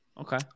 okay